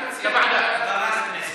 ועדת הכנסת.